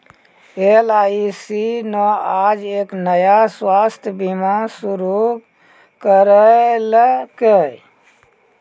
LIC न आज एक नया स्वास्थ्य बीमा शुरू करैलकै